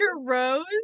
rose